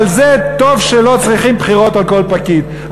זה טוב שלא צריכים בחירות על כל פקיד,